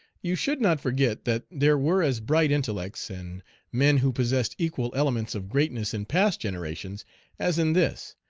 you should not forget that there were as bright intellects, and men who possessed equal elements of greatness in past generations as in this,